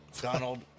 Donald